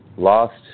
Lost